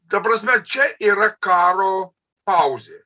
ta prasme čia yra karo pauzė